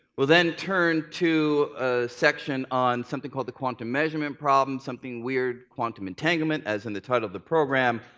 we'll then turn to a section on something called the quantum measurement problem, something weird, quantum entanglement as in the title of the program.